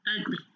Ugly